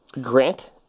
Grant